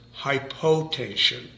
hypotension